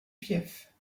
fiefs